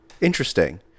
Interesting